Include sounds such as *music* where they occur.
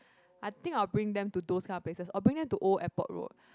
I think I'll bring them to those kind of places I'll bring them to Old Airport Road *breath*